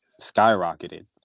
skyrocketed